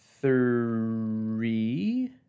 three